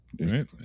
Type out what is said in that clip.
right